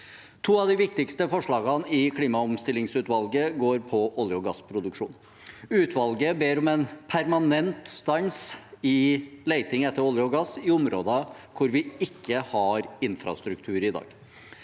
To av de viktigste forslagene i klimaomstillingsutvalget går på olje- og gassproduksjon. Utvalget ber om en permanent stans i leting etter olje og gass i områder hvor vi ikke har infrastruktur i dag,